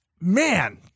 man